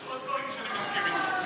יש עוד דברים שאני מסכים אתך.